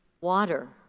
Water